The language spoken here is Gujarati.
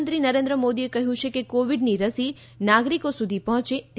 પ્રધાનમંત્રી નરેન્દ્ર મોદીએ કહ્યું છે કે કોવીડની રસી નાગરીકો સુધી પહોંચે તે